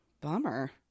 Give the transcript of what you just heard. Bummer